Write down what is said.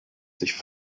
sich